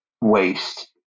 waste